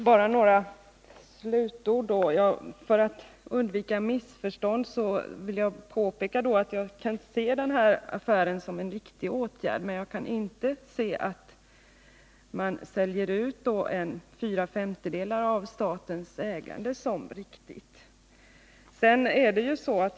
Herr talman! För att undvika missförstånd vill jag påpeka att jag kan se den här affären som en riktig åtgärd, men att jag inte kan se säljandet av fyra femtedelar av statens ägande som riktigt.